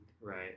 right